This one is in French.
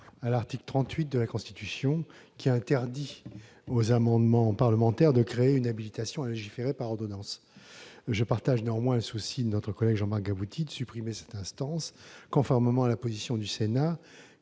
à l'article 38 de la Constitution, qui interdit aux amendements parlementaires de créer une habilitation à légiférer par ordonnance. Je partage néanmoins le souci de notre collègue Jean-Marc Gabouty de supprimer cette instance, conformément à la position exprimée